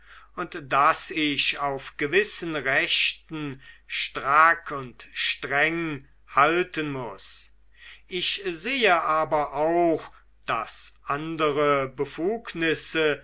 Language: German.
und daß ich auf gewissen rechten strack und streng halten muß ich sehe aber auch daß andere befugnisse